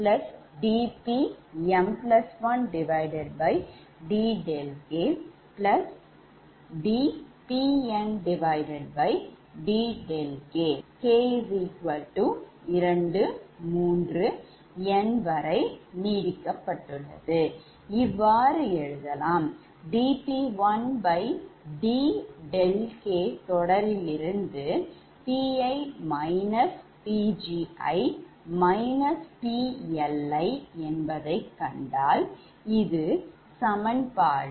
dP1dɗkதொடரிலிருந்து PiPgi PLi என்பதை கண்டால் இது 71 சமன்பாடு